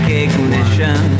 ignition